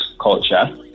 culture